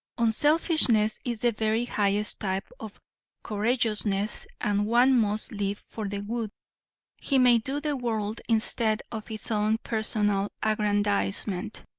unselfishness is the very highest type of courageousness and one must live for the good he may do the world instead of his own personal aggrandizement.